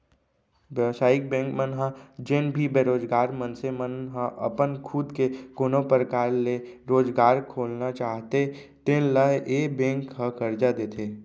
बेवसायिक बेंक मन ह जेन भी बेरोजगार मनसे मन ह अपन खुद के कोनो परकार ले रोजगार खोलना चाहते तेन ल ए बेंक ह करजा देथे